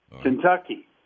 Kentucky